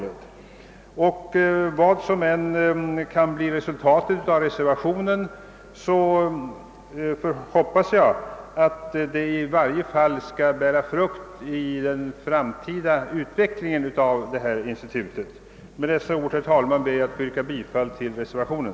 Vilket resultatet av reservationen än kan bli hoppas jag att det i varje fall skall bära frukt i den framtida utvecklingen av institutet. Med dessa ord, herr talman, ber jag att få yrka bifall till reservationen.